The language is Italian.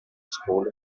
school